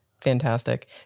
Fantastic